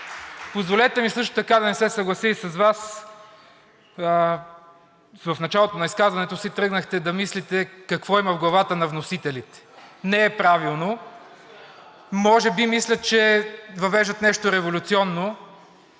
Позволете ми също така да не се съглася и с Вас. В началото на изказването си тръгнахте да мислите какво има в главата на вносителите – не е правилно! Може би мислят, че въвеждат нещо революционно